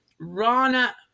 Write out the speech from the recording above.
Rana